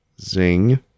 Zing